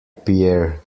pierre